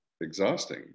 exhausting